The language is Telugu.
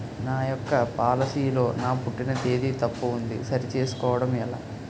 నా యెక్క పోలసీ లో నా పుట్టిన తేదీ తప్పు ఉంది సరి చేసుకోవడం ఎలా?